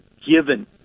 given –